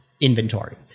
inventory